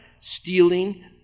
stealing